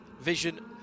vision